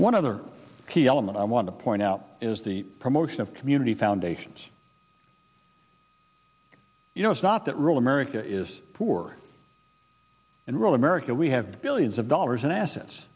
one other key element i want to point out is the promotion of community foundations you know it's not that rural america is poor and rural america we have billions of dollars in assets